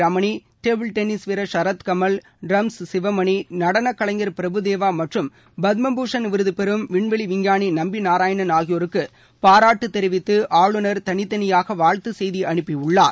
Ramani table tennis வீரர் Sharath Kamal drums Sivamani நடனக்கலைஞர் பிரபுதேவா மற்றம் பத்மபூஷண் விருதுபெறும் விண்வெளி விஞ்ஞானி நம்பிநாராயணன் ஆகியோருக்கு பாராட்டு தெரிவித்து ஆளுநர் தனித்தனியாக வாழ்ததுச் செய்தி அனுப்பியுள்ளார்